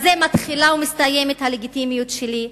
ובזה מתחילה ומסתיימת הלגיטימיות שלי.